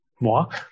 moi